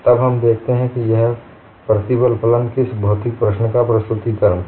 तब हम देखते हैं कि यह प्रतिबल फलन किस भौतिक प्रश्न का प्रस्तुतीकरण करता है